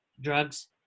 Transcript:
drugs